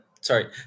sorry